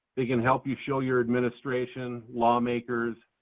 they can help you show your administration, lawmakers,